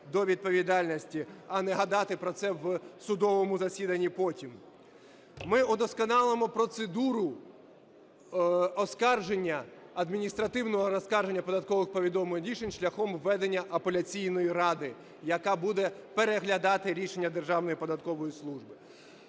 до відповідальності, а не гадати про це в судовому засіданні потім. Ми удосконалимо процедуру оскарження, адміністративного оскарження, податкових повідомлень-рішень шляхом введення апеляційної ради, яка буде переглядати рішення Державної податкової служби.